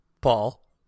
Paul